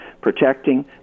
protecting